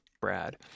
Brad